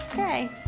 Okay